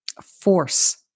force